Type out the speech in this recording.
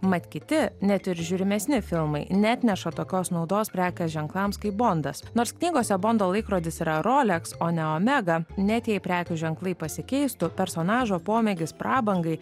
mat kiti net ir žiūrimesni filmai neatneša tokios naudos prekės ženklams kaip bondas nors knygose bando laikrodis yra rolex o ne omega net jei prekių ženklai pasikeistų personažo pomėgis prabangai